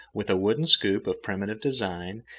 with a wooden scoop of primitive design,